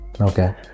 Okay